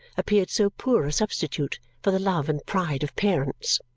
appeared so poor a substitute for the love and pride of parents.